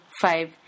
five